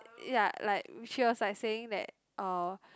ya like she was like saying that uh